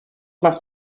más